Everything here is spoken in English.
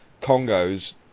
Congo's